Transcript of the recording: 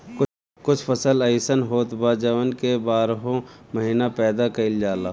कुछ फसल अइसन होत बा जवन की बारहो महिना पैदा कईल जाला